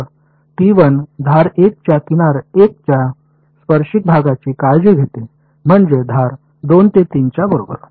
तर धार 1 च्या किनार 1 च्या स्पर्शिक भागाची काळजी घेते म्हणजे धार 2 3 च्या बरोबर